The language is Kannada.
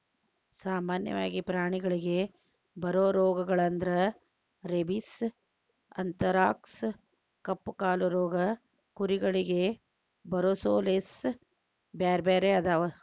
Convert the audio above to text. ಸಾಮನ್ಯವಾಗಿ ಪ್ರಾಣಿಗಳಿಗೆ ಬರೋ ರೋಗಗಳಂದ್ರ ರೇಬಿಸ್, ಅಂಥರಾಕ್ಸ್ ಕಪ್ಪುಕಾಲು ರೋಗ ಕುರಿಗಳಿಗೆ ಬರೊಸೋಲೇಸ್ ಬ್ಯಾರ್ಬ್ಯಾರೇ ಅದಾವ